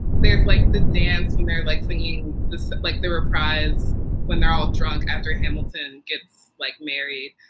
there's like the dancing. they're like singing like they were a prize when they're um drunk after hamilton gets like mary